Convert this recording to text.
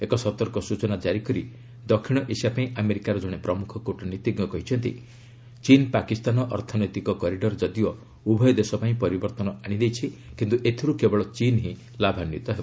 ଏକ ସତର୍କ ସ୍ତଚନା ଜାରି କରି ଦକ୍ଷିଣ ଏସିଆ ପାଇଁ ଆମେରିକାର ଜଣେ ପ୍ରମୁଖ କ୍ରଟନୀତିଜ୍ଞ କହିଛନ୍ତି ଚୀନ୍ ପାକିସ୍ତାନ ଅର୍ଥନୈତିକ କରିଡ଼ର ଯଦିଓ ଉଭୟ ଦେଶ ପାଇଁ ପରିବର୍ତ୍ତନ ଆଶିଦେଇଛି କିନ୍ତୁ ଏଥିରୁ କେବଳ ଚୀନ୍ ହିଁ ଲାଭାନ୍ୱିତ ହେବ